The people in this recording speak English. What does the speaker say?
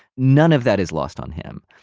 none of that is lost on him.